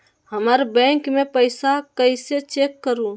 हमर बैंक में पईसा कईसे चेक करु?